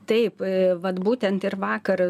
taip vat būtent ir vakar